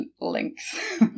links